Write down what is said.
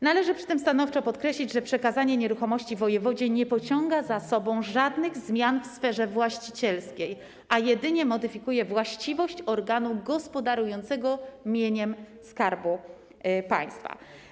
Należy przy tym stanowczo podkreślić, że przekazanie nieruchomości wojewodzie nie pociąga za sobą żadnych zmian w sferze właścicielskiej, a jedynie modyfikuje właściwość organu gospodarującego mieniem Skarbu Państwa.